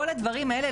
כל הדברים האלה,